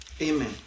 Amen